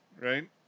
right